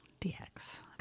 DX